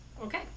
Okay